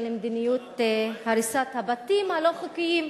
של מדיניות הריסת הבתים הלא-חוקיים.